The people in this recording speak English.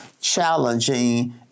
challenging